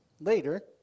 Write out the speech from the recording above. later